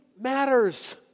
matters